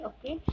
Okay